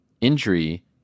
injury